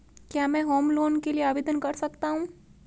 क्या मैं home loan के लिए आवेदन कर सकता हूं?